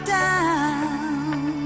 down